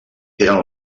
eren